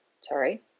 Sorry